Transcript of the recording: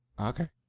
Okay